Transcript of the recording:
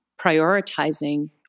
prioritizing